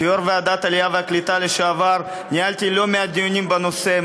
כיושב-ראש ועדת העלייה והקליטה לשעבר ניהלתי לא-מעט דיונים בנושא,